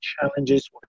challenges